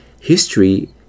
History